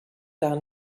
gar